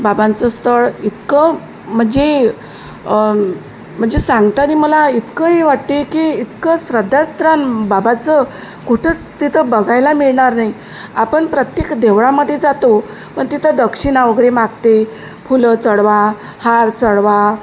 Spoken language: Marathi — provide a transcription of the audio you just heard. बाबांचं स्थळ इतकं म्हणजे म्हणजे सांगताना मला इतकंही वाटते की इतकं श्रद्धास्थान बाबाचं कुठंच तिथं बघायला मिळणार नाही आपण प्रत्येक देवळामध्ये जातो पण तिथं दक्षिणा वगैरे मागते फुलं चढवा हार चढवा